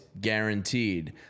guaranteed